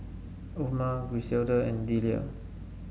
Oma Griselda and Delia